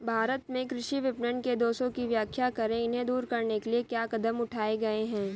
भारत में कृषि विपणन के दोषों की व्याख्या करें इन्हें दूर करने के लिए क्या कदम उठाए गए हैं?